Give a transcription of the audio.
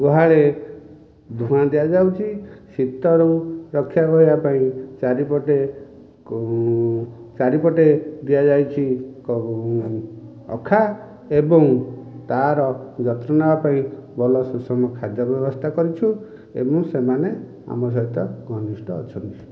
ଗୁହାଳେ ଝୁଣା ଦିଆଯାଉଛି ଶୀତରୁ ରକ୍ଷା ପାଇବା ପାଇଁ ଚାରିପଟେ କୋଉ ଚାରିପଟେ ଦିଆଯାଇଛି କୋଉ ଅଖା ଏବଂ ତା'ର ଯତ୍ନ ନେବା ପାଇଁ ଭଲ ସୁଷମ ଖାଦ୍ୟ ବ୍ୟବସ୍ଥା କରିଛୁ ଏବଂ ସେମାନେ ଆମ ସହିତ ଘନିଷ୍ଠ ଅଛନ୍ତି